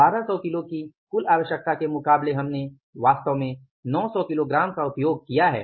1200 kilo की कुल आवश्यकता के मुकाबले हमने वास्तव में 900 किग्रा का उपयोग किया है